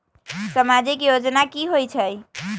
समाजिक योजना की होई छई?